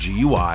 GUI